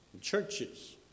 churches